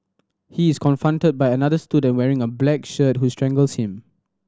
he is confronted by another student wearing a black shirt who strangles him